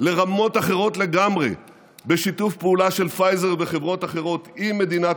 לרמות אחרות לגמרי בשיתוף פעולה של פייזר וחברות אחרות עם מדינת